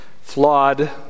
Flawed